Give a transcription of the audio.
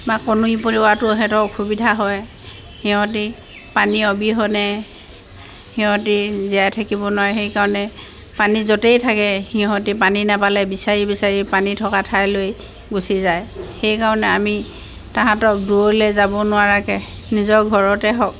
বা কণী পৰোৱাতো সিহঁতৰ অসুবিধা হয় সিহঁতে পানী অবিহনে সিহঁতে জীয়াই থাকিব নোৱাৰে সেইকাৰণে পানী য'তেই থাকে সিহঁতে পানী নাপালে বিচাৰি বিচাৰি পানী থকা ঠাইলৈ গুচি যায় সেইকাৰণে আমি তাহাঁতক দূৰলৈ যাব নোৱাৰাকৈ নিজৰ ঘৰতে হওক